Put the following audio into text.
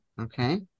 Okay